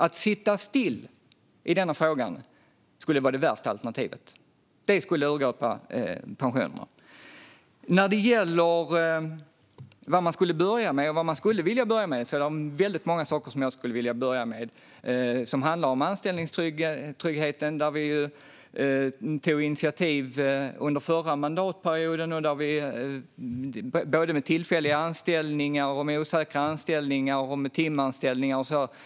Att sitta still i denna fråga skulle vara det värsta alternativet. Det skulle urgröpa pensionerna. När det gäller vad man ska börja med och vad man skulle vilja börja med finns det väldigt många saker. Det handlar om anställningstryggheten. Vi tog under förra mandatperioden initiativ i fråga om tillfälliga anställningar, osäkra anställningar och timanställningar.